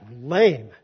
lame